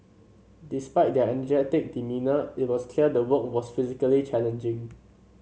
despite their energetic demeanour it was clear the work was physically challenging